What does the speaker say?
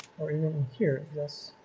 or even here yes